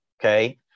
okay